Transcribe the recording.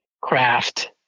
craft